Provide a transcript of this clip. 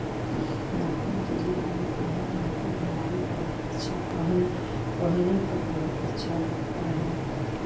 नतनी के लिये बुनते हैं हमको बुनाई बहुत अच्छा पहन पहनने पर बहुत अच्छा लगता है